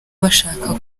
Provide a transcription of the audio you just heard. bashaka